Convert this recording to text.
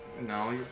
No